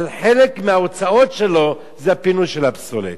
חלק מההוצאות שלו זה הפינוי של הפסולת.